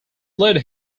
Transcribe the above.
led